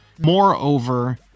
moreover